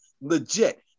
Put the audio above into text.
Legit